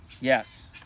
Yes